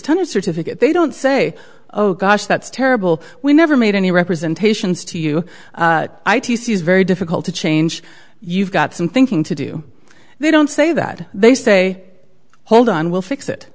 of certificate they don't say oh gosh that's terrible we never made any representations to you i t c is very difficult to change you've got some thinking to do they don't say that they say hold on we'll fix it